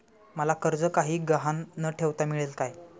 मला कर्ज काही गहाण न ठेवता मिळेल काय?